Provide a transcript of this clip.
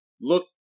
Look